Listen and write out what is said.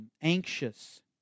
Anxious